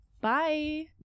bye